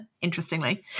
interestingly